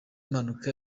mpanuka